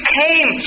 came